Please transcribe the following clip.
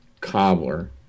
cobbler